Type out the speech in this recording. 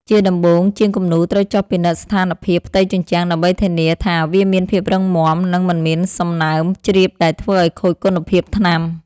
ជាដំបូង ជាងគំនូរត្រូវចុះពិនិត្យស្ថានភាពផ្ទៃជញ្ជាំងដើម្បីធានាថាវាមានភាពរឹងមាំ និងមិនមានសំណើមជ្រាបដែលធ្វើឱ្យខូចគុណភាពថ្នាំ។